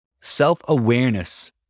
Self-awareness